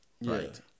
right